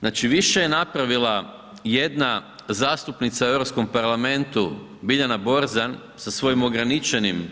Znači više je napravila jedna zastupnica u Europskom parlamentu Biljana Borzan sa svojom ograničenim